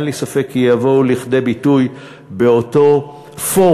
אין לי ספק כי יבואו לכדי ביטוי באותו פורום